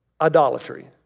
idolatry